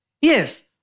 Yes